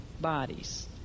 bodies